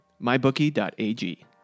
MyBookie.ag